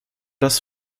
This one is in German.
das